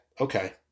Okay